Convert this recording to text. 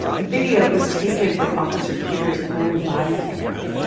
the video was taken from officer kidder's own body camera.